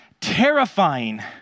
terrifying